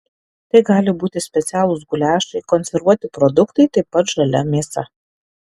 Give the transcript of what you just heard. tai gali būti specialūs guliašai konservuoti produktai taip pat žalia mėsa